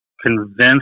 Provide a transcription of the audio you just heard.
convinced